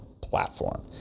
platform